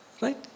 Right